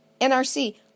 NRC